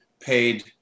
paid